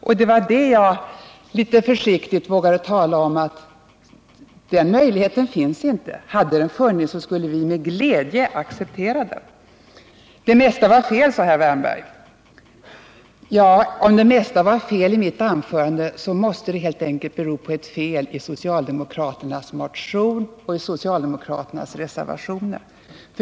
Jag vågade litet försiktigt tala om att den möjligheten inte finns. Hade den funnits skulle vi med glädje ha accepterat den. Det mesta var fel, sade herr Wärnberg. Om det mesta var fel i mitt anförande, måste det helt enkelt bero på ett fel i socialdemokraternas motion och i deras reservationer.